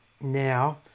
now